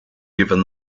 given